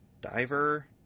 Diver